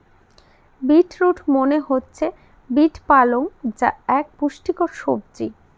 beet root মনে হচ্ছে beet পালং যা এক পুষ্টিকর সবজি